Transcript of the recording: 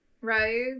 right